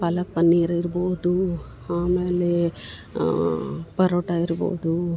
ಪಾಲಕು ಪನ್ನೀರು ಇರ್ಬೋದು ಆಮೇಲೆ ಪರೋಟ ಇರ್ಬೌದು